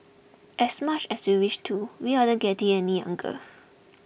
as much as we wish to we aren't getting any younger